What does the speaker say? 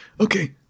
Okay